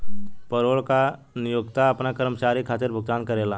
payroll कर नियोक्ता आपना कर्मचारी खातिर भुगतान करेला